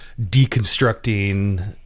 deconstructing